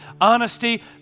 honesty